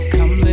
Come